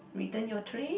return your tray